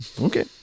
Okay